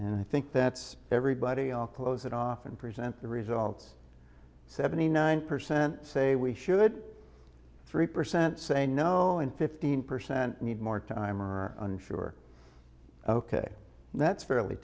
and i think that's everybody all close it off and present the results seventy nine percent say we should three percent say no and fifteen percent need more time or unsure ok that's fairly